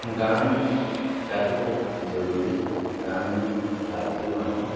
গান শিকাটো খুব জৰুৰী গান লাগেই মানুহক